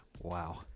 Wow